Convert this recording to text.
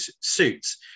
suits